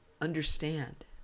understand